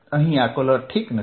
અહીં આ કલર ઠીક નથી